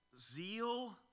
zeal